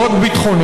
לא רק ביטחונית,